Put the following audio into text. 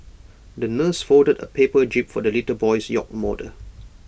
the nurse folded A paper jib for the little boy's yacht model